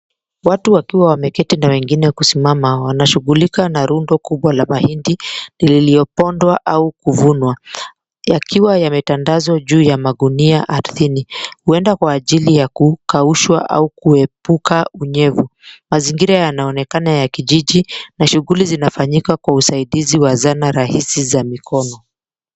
Watu wakiwa wameketi na wengine kusimama wanashughulika na rundo kubwa la mahindi iliyopondwa au kuvunwa yakiwa yametandazwa juu ya magunia ardhini huenda kwa ajili ya kukaushwa au kuepuka unyevu, mazingira yanaonekana ya kijiji na shughuli zinafanyika kwa usaidizi wa sanaa rahisi za mikono.